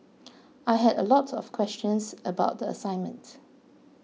I had a lot of questions about the assignment